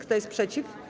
Kto jest przeciw?